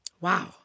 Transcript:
wow